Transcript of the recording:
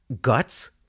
guts